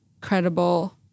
credible